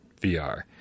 VR